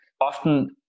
often